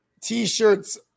t-shirts